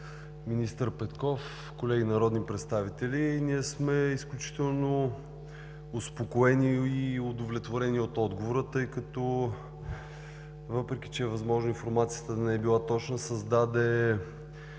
министър Петков, колеги народни представители! Ние сме изключително успокоени и удовлетворени от отговора, тъй като въпреки че е възможно информацията да не е била точна, създаде